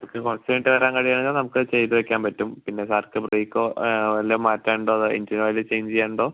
നിങ്ങക്ക് കുറച്ച് കഴിഞ്ഞിട്ട് വരാൻ കഴിയുമെങ്കിൽ നമക്ക് അത് ചെയ്ത് വെക്കാൻ പറ്റും പിന്നെ കറക്റ്റ് ബ്രേക്കോ വല്ലോം മാറ്റാൻ ഉണ്ടോ അതോ എഞ്ചിൻ ഓയില് ചേഞ്ച് ചെയ്യാൻ ഉണ്ടോ